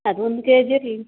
ಅದು ಒಂದು K G ಇರಲಿ